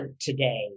today